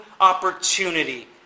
opportunity